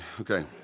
Okay